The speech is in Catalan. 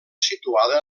situada